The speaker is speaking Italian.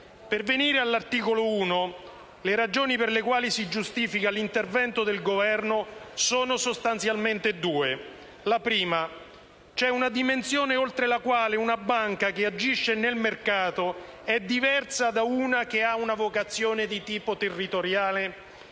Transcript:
Per venire all'articolo 1, le ragioni per le quali si giustifica l'intervento del Governo sono sostanzialmente due. La prima: vi è una dimensione oltre la quale una banca che agisce nel mercato è diversa da una che ha una vocazione di tipo territoriale?